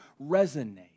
resonate